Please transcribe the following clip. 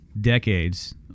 decades